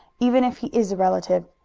even if he is a relative.